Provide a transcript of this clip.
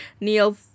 Neil